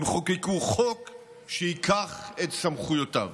הם חוקקו חוק שייקח את סמכויותיו.